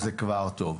אז זה כבר טוב.